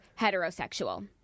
heterosexual